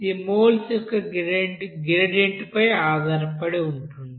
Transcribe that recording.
అది మోల్స్ యొక్క గ్రేడియంట్ పై ఆధారపడి ఉంటుంది